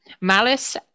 Malice